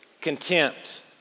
contempt